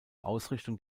ausrichtung